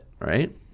right